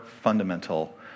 fundamental